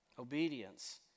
Obedience